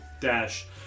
Dash